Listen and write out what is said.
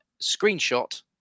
screenshot